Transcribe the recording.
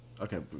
Okay